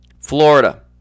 Florida